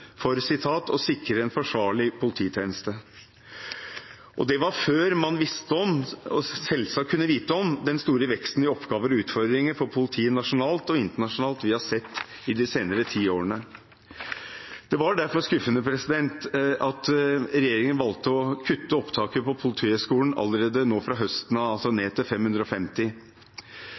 å «sikre en forsvarlig polititjeneste». Og det var før man visste om – og selvsagt kunne vite om – den store veksten i oppgaver og utfordringer for politiet nasjonalt og internasjonalt vi har sett i de senere ti årene. Det var derfor skuffende at regjeringen valgte å kutte opptaket på Politihøgskolen allerede nå fra høsten av ned til 550.